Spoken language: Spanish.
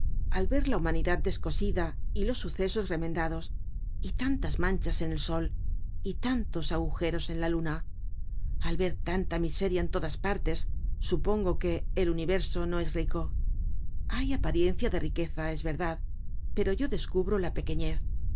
al ver la humanidad descosida y los sucesos remendados y tantas manchas en el sol y tantos agujeros en la luna al ver tanta miseria en todas partes supongo que el universo no es rico hay apariencia de riqueza es verdad pero yo descubro la pequeñez